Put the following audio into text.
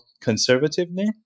conservatively